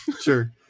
Sure